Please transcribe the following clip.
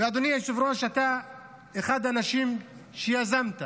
אדוני היושב-ראש, אתה אחד האנשים שיזמו,